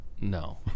no